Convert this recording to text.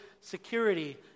security